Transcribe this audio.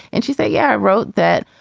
and she said, yeah, i wrote that.